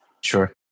Sure